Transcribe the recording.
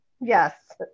Yes